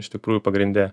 iš tikrųjų pagrinde